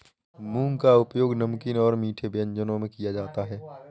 मूंग का उपयोग नमकीन और मीठे व्यंजनों में किया जाता है